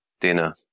dinner